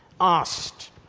asked